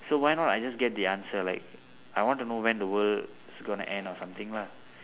so why not I just get the answer like I want to know when the world is going to end or something lah